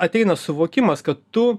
ateina suvokimas kad tu